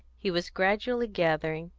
he was gradually gathering,